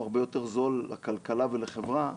הוא הרבה יותר זול לכלכלה ולחברה,